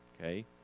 okay